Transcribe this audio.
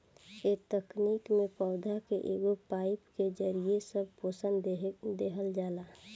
ए तकनीक में पौधा के एगो पाईप के जरिये सब पोषक देहल जाला